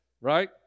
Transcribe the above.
right